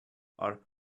are